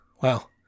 wow